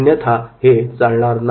अन्यथा हे चालणार नाही